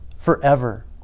forever